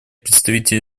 представитель